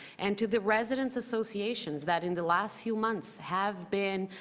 and to the residents associations, that in the last few months have been,